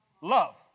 love